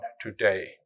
today